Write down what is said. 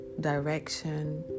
direction